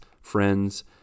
friends